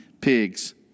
pigs